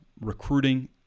recruiting